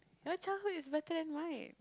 your childhood is better than mine